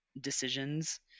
decisions